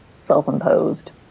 self-imposed